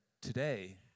today